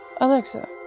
Alexa